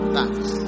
Thanks